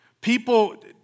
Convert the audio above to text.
people